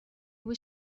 was